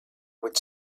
would